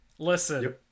Listen